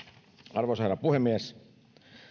arvoisa herra puhemies